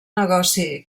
negoci